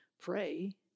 pray